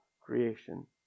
creation